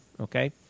Okay